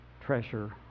treasure